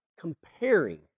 comparing